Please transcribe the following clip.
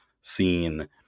scene